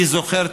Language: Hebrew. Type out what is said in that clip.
אני זוכר,